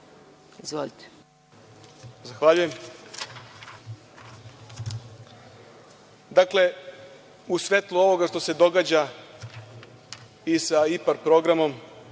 Aleksić** Zahvaljujem. Dakle, u svetlu ovoga što se događa i sa IPAR programom,